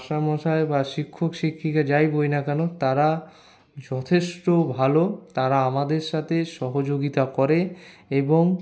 মাস্টারমশাই বা শিক্ষক শিক্ষিকা যাই বলি না কেন তারা যথেষ্ট ভালো তারা আমাদের সাথে সহযোগিতা করে এবং